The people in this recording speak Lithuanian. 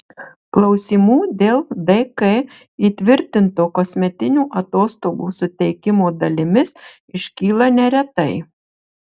klausimų dėl dk įtvirtinto kasmetinių atostogų suteikimo dalimis iškyla neretai